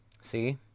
See